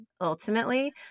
ultimately